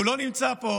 והוא לא נמצא פה,